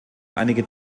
einige